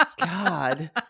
God